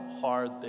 hard